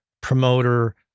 promoter